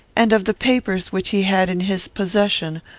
and of the papers which he had in his possession,